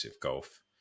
golf